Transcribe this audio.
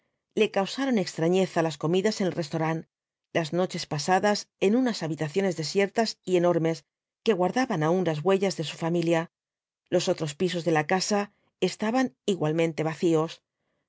le causaron extrañeza las comidas en el restaurant las noches pasadas en unas habitaciones desiertas y enormes que guardaban aún las huellas de su familia los otros pisos de la casa estaban igualmente vacíos